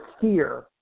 fear